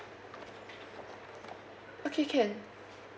okay can